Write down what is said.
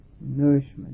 nourishment